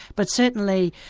but certainly,